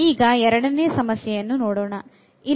ಈಗ ಎರಡನೇ ಸಮಸ್ಯೆಯನ್ನು ನೋಡೋಣ